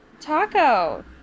Taco